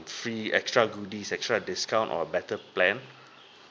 free extra goodies extra discount or better plan